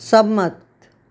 સંમત